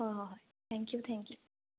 ꯍꯣꯏ ꯍꯣꯏ ꯍꯣꯏ ꯊꯦꯡ ꯀ꯭ꯌꯨ ꯊꯦꯡ ꯀ꯭ꯌꯨ